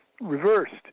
reversed